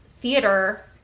theater